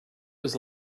was